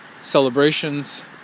celebrations